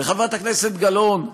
וחברת הכנסת גלאון,